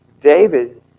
David